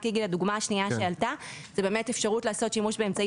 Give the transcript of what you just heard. הדוגמה השנייה שעלתה היא אפשרות לעשות שימוש באמצעי